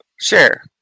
Share